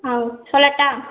ஆ சொல்லட்டா